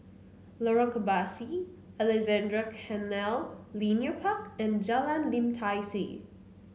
Lorong Kebasi Alexandra Canal Linear Park and Jalan Lim Tai See